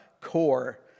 core